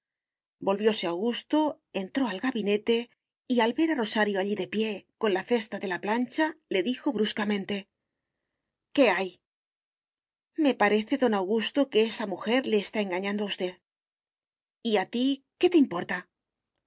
volvióse augusto entró al gabinete y al ver a rosario allí de pie con la cesta de la plancha le dijo bruscamente qué hay me parece don augusto que esa mujer le está engañando a usted y a ti qué te importa